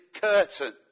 curtain